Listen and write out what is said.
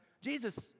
Jesus